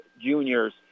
juniors